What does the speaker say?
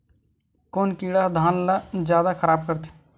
कोन कीड़ा ह धान ल जादा खराब करथे?